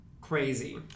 crazy